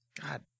God